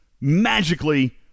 magically